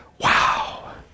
Wow